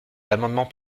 l’amendement